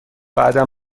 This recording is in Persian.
بعدا